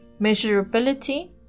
measurability